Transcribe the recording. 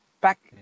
back